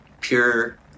pure